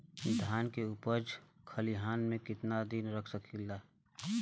धान के उपज खलिहान मे कितना दिन रख सकि ला?